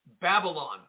Babylon